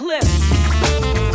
clip